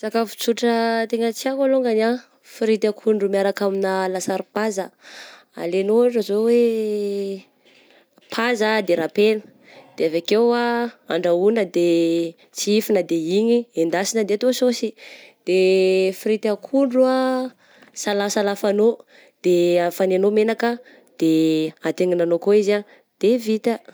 Safako tsotra tegna tiako alongany ah, frity akondro miaraka amigna lasary paza ah, alainao ohatra izao hoe paza de rapegna, de avy akeo handrahoana de tsihifigna de igny endasina de atao sôsy, de frity akondro ah, salasalafanao de afanainao menaka, de atenginanao koa izy ah de vita.